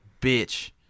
Bitch